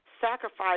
Sacrifice